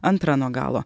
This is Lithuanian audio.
antra nuo galo